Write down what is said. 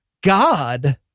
God